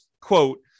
quote